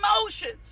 emotions